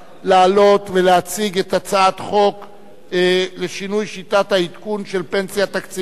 לעלות ולהציג את הצעת חוק לשינוי שיטת העדכון של פנסיה תקציבית.